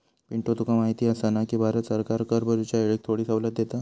पिंटू तुका माहिती आसा ना, की भारत सरकार कर भरूच्या येळेक थोडी सवलत देता